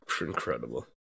incredible